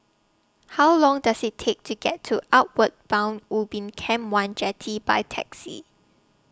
How Long Does IT Take to get to Outward Bound Ubin Camp one Jetty By Taxi